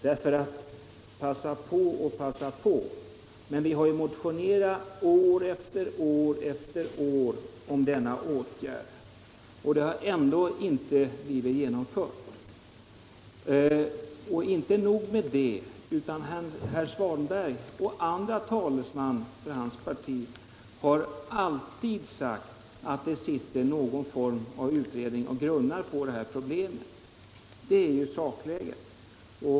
Men ”passa på” och ”passa på”: vi har ju motionerat om denna åtgärd år efter år, men den har ändå inte blivit genomförd, och inte nog med det; både herr Svanberg och andra talesmän för hans parti hänvisar alltid till att det sitter någon form av utredning och grunnar på problemet — det är sakläget.